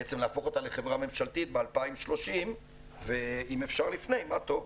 בעצם להפוך אותה לחברה ממשלתית ב-2030 ואם אפשר לפני מה טוב.